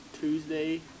Tuesday